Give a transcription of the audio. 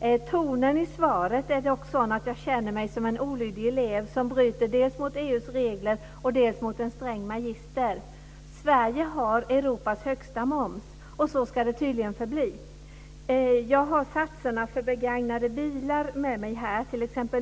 %. Tonen i svaret är dock sådan att jag känner mig som en olydig elev som bryter dels mot EU:s regler, dels mot en sträng magisters regler. Sverige har Europas högsta moms, och så ska det tydligen förbli. Jag har satserna för begagnade bilar med mig här.